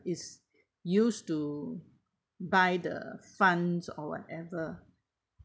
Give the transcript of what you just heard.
is used to buy the funds or whatever